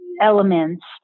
elements